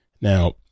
Now